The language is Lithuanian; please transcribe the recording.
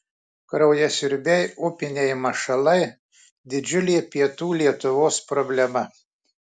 kraujasiurbiai upiniai mašalai didžiulė pietų lietuvos problema